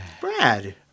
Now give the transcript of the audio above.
Brad